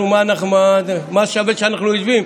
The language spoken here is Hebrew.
מה שווה שאנחנו יושבים,